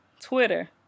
Twitter